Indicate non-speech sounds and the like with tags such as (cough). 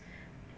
(breath)